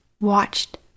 watched